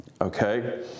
Okay